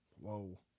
Whoa